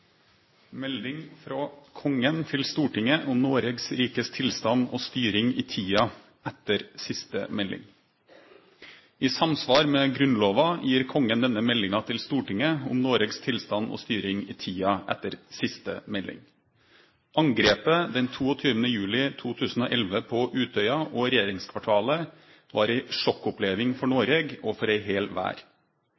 Melding frå Kongen til Stortinget om Noregs rikes tilstand og styring i tida etter siste melding, lesen av statsråd Ola Borten Moe. I samsvar med Grunnlova gir Kongen denne meldinga til Stortinget om Noregs tilstand og styring i tida etter siste melding. Angrepet den 22. juli 2011 på Utøya og regjeringskvartalet var ei sjokkoppleving for